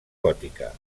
gòtica